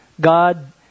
God